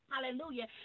hallelujah